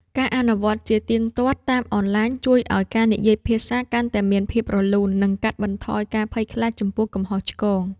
ការអនុវត្តជាទៀងទាត់តាមអនឡាញជួយឱ្យការនិយាយភាសាកាន់តែមានភាពរលូន និងកាត់បន្ថយការភ័យខ្លាចចំពោះកំហុសឆ្គង។